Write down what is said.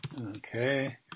Okay